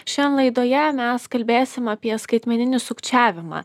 šian laidoje mes kalbėsim apie skaitmeninį sukčiavimą